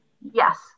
Yes